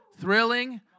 thrilling